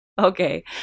Okay